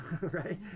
right